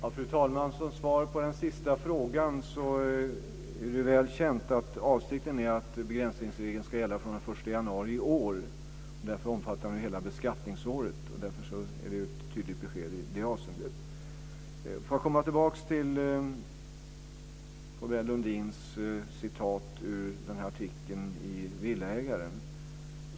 Fru talman! Som svar på den sista frågan är det väl känt att avsikten är att begränsningsregeln ska gälla från den 1 januari i år, och därför omfattar den hela beskattningsåret. Det är ett tydligt besked i det avseendet. Får jag komma tillbaka till Pourbaix-Lundins citat ur artikeln i Villaägaren.